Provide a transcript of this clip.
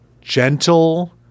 gentle